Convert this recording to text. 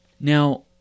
Now